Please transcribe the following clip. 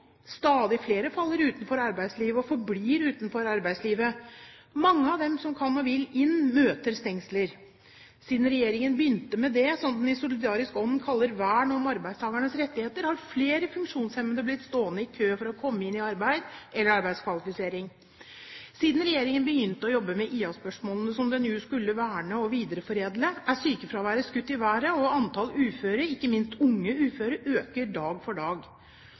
Stadig flere faller utenfor arbeidslivet – og forblir utenfor arbeidslivet. Mange av dem som kan og vil inn, møter stengsler. Siden regjeringen begynte med det som den i solidarisk ånd kalte vern om arbeidstagernes rettigheter, har flere funksjonshemmede blitt stående i kø for å komme i arbeid eller få arbeidskvalifisering. Siden regjeringen begynte å jobbe med IA-spørsmålene, som den jo skulle verne og videreforedle, er sykefraværet skutt i været. Og antallet uføre, ikke minst unge uføre, øker dag for dag.